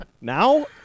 Now